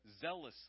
zealously